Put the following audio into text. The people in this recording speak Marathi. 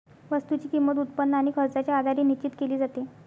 वस्तूची किंमत, उत्पन्न आणि खर्चाच्या आधारे निश्चित केली जाते